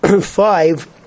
five